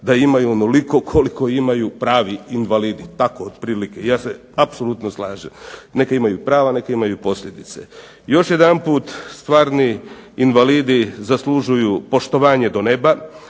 da imaju onoliko koliko imaju pravi invalidi, tako otprilike. Ja se apsolutno slažem, neka imaju prava, neka imaju posljedice. Još jedanput stvarni invalidi zaslužuju poštovanje do neba,